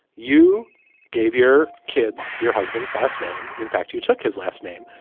you gave your kids your husband's last name. in fact, you took his last name.